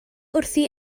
wrthi